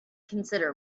consider